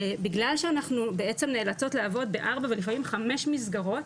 בגלל שאנחנו בעצם נאלצות לעבוד בארבע ולפעמים חמש מסגרות,